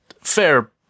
fair